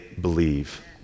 believe